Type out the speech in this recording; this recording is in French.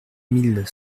mille